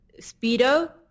Speedo